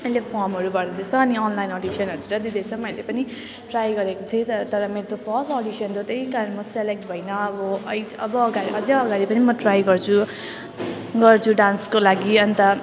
अहिले फर्महरू भर्दैछ अनि अनलाइन अडिसनहरू चाहिँ दिँदैछ मैले पनि ट्राई गरेको थिएँ तर तर मेरो त्यो फर्स्ट अडिसन थियो त्यही कारणले म सेलेक्ट भइनँ अब अब अगाडि अझै अगाडि पनि म ट्राई गर्छु गर्छु डान्सको लागि अन्त